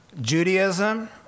Judaism